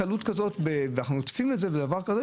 אנחנו עוטפים את זה כך,